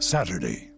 Saturday